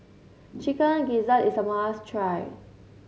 Chicken Gizzard is a must try